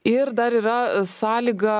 ir dar yra sąlyga